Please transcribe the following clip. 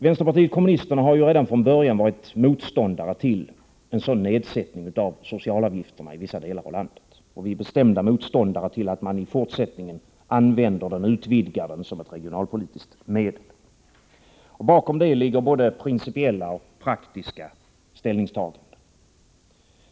Vänsterpartiet kommunisterna har redan från börjat varit motståndare till en sådan nedsättning av socialavgifterna i vissa delar av landet, och vi är bestämda motståndare till att den i fortsättningen utvidgas som ett regionalpolitiskt medel. Bakom detta ligger både principiella och praktiska ställningstaganden.